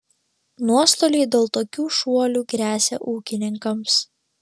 nuostoliai dėl tokių šuolių gresia ūkininkams